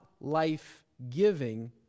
life-giving